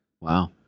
Wow